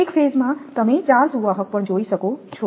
એક તબક્કામાં તમે ચાર સુવાહક પણ જોઈ શકો છો